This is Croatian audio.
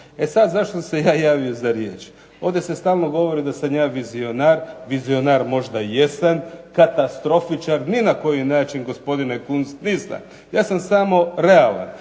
E sada zašto sam se ja javio za riječ? Ovdje se stalno govori da sam ja vizionar, vizionar možda jesam, katastrofičar ni na koji način gospodin Kunst nisam, ja sam samo realan.